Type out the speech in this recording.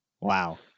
Wow